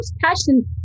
passion